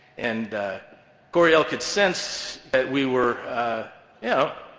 and coryell could sense that we were, you know,